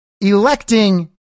Electing